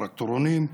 טרקטורונים,